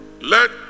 let